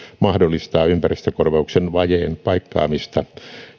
mahdollistaa ympäristökorvauksen vajeen paikkaamista